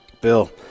Bill